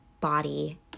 body